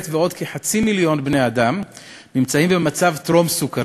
ועוד כחצי מיליון בני-אדם נמצאים במצב טרום-סוכרתי.